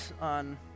on